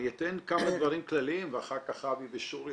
אני אתן כמה דברים כלליים ואחר כך אבי ושורי,